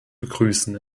begrüßen